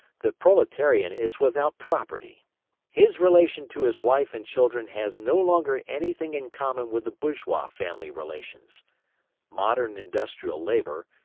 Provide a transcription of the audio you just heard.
the proletarian is without property his relation to his wife and children has no longer anything in common with the bourgeois family-relations modern industrial labour,